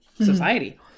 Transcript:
society